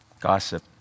gossip